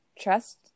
trust